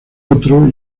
otro